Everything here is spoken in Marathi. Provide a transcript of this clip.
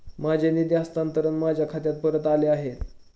माझे निधी हस्तांतरण माझ्या खात्यात परत आले आहे